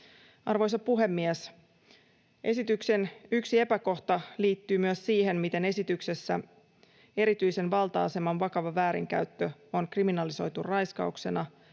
Arvoisa puhemies! Esityksen yksi epäkohta liittyy myös siihen, miten esityksessä erityisen valta-aseman vakava väärinkäyttö on kriminalisoitu raiskauksena,